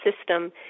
system